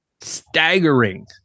Staggering